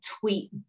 tweet